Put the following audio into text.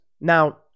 Now